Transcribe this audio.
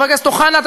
חבר הכנסת אוחנה,